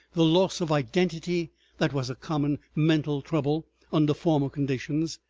the loss of identity that was a common mental trouble under former conditions,